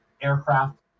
aircraft